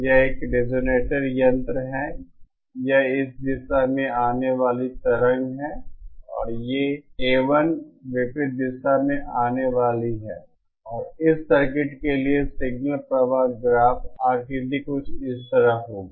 यह एक रिजोनेटर यंत्र है यह इस दिशा में आने वाली तरंग है और यह A1 विपरीत दिशा में मेरी आने वाली है और इस सर्किट के लिए सिग्नल प्रवाह ग्राफ आकृति कुछ इस तरह होगा